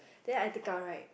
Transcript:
then I take up right